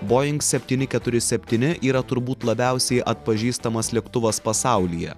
boing septyni keturi septyni yra turbūt labiausiai atpažįstamas lėktuvas pasaulyje